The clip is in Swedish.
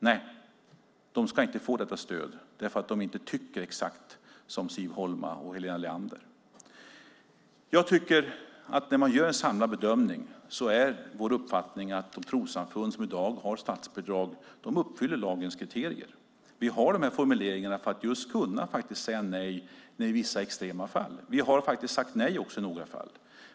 Men de ska inte få stöd, säger interpellanterna, för de tycker inte exakt likadant som Siv Holma och Helena Leander. När man gör en samlad bedömning är vår uppfattning att trossamfund som i dag har statsbidrag uppfyller lagens kriterier. Vi har dessa formuleringar för att kunna säga nej i vissa extrema fall. Vi har faktiskt sagt nej i några fall.